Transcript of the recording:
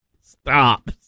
Stop